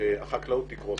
החקלאות שם תקרוס